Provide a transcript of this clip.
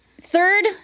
third